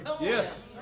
Yes